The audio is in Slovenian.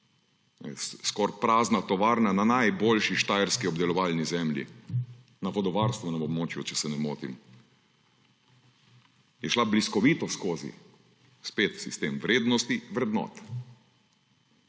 Skoraj prazna tovarna na najboljši štajerski obdelovalni zemlji, na vodovarstvenem območju, če se ne motim, je šla bliskovito skozi. Spet sistem vrednosti, vrednot.